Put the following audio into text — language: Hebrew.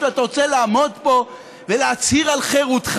ואתה רוצה לעמוד פה ולהצהיר על חירותך,